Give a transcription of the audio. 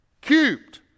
cubed